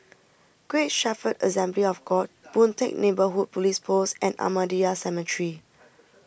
Great Shepherd Assembly of God Boon Teck Neighbourhood Police Post and Ahmadiyya Cemetery